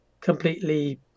completely